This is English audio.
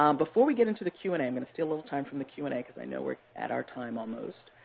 um before we get into the q and a i'm going to steal a little time from the q and a, because i know we're at our time almost.